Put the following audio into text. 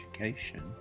education